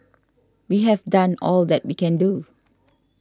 we have done all that we can do